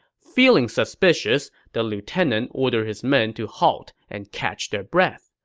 feeling suspicious, the lieutenant ordered his men to halt and catch their breath.